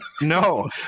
No